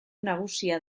nagusia